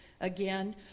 again